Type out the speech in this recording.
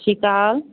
ਸਤਿ ਸ਼੍ਰੀ ਅਕਾਲ